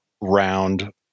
round